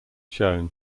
shown